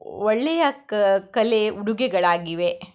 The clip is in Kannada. ಒಳ್ಳೆಯ ಕಲೆ ಉಡುಗೆಗಳಾಗಿವೆ